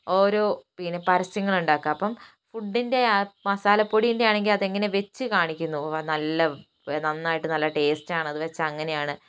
ഓരോ പിന്നെ പരസ്യങ്ങൾ ഉണ്ടാക്കുക അപ്പം ഫുഡിൻ്റെ മസാല പൊടിൻ്റെ ആണെങ്കിൽ അത് എങ്ങനെയാന്നു വെച്ചു കാണിക്കുന്നു നല്ല നന്നായിട്ടു നല്ല ടേസ്റ്റ് ആണ് അത് വെച്ചാൽ അങ്ങനെ ആണ്